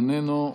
איננו.